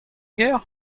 gêr